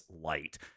light